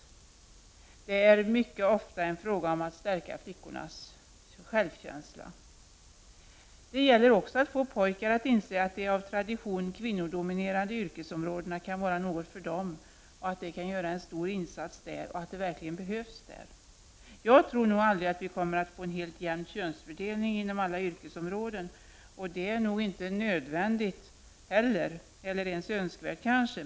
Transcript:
Det är mycket ofta en fråga om att stärka flickornas självkänsla. Det gäller också att få pojkar att inse att de av tradition kvinnodominerade yrkesområdena kan vara något för dem, att de kan göra en stor insats och att de verkligen behövs där. Jag tror att vi nog aldrig kommer att få en helt jämn könsfördelning inom alla yrkesområden, och det är nog inte heller nödvändigt eller kanske ens önskvärt.